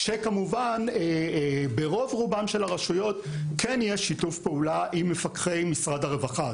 כשכמובן ברוב רובן של הרשויות כן יש שיתוף פעולה עם מפקחי משרד הרווחה.